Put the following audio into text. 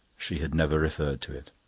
she had never referred to it.